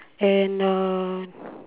and um